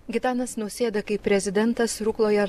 gitanas nausėda kaip prezidentas rukloje